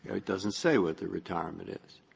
it doesn't say what the retirement is.